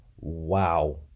wow